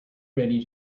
ready